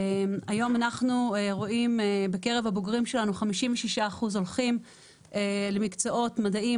היום אנחנו רואים בקרב הבוגרים שלנו 56% הולכים למקצועות מדעים,